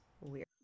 weird